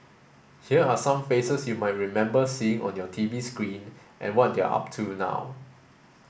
here are some faces you might remember seeing on your TV screen and what they're up to now